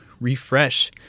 refresh